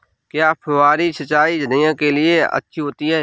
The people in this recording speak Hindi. क्या फुहारी सिंचाई धनिया के लिए अच्छी होती है?